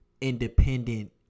independent